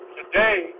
Today